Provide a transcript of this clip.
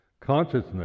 consciousness